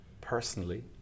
personally